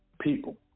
People